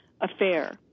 affair